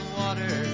water